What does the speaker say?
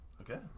okay